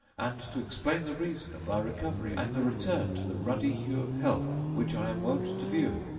and to explain the reason of thy recovery and the return to the ruddy hue of health which i am wont to view.